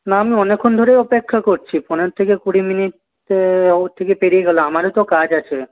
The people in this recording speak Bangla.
না আমি অনেকক্ষণ ধরেই অপেক্ষা করছি পনের থেকে কুড়ি মিনিট ওর থেকে পেরিয়ে গেল আমারও তো কাজ আছে